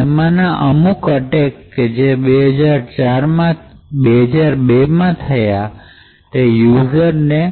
એમાંના અમુક અતેક કે જે 2002ના થયા એના યુઝરને